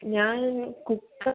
ഞാൻ കുക്ക്